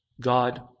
God